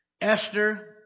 Esther